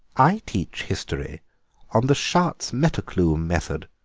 i teach history on the schartz-metterklume method,